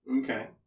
Okay